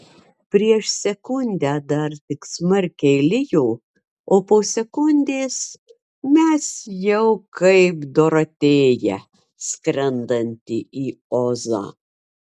prieš sekundę dar tik smarkiai lijo o po sekundės mes jau kaip dorotėja skrendanti į ozą